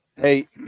Hey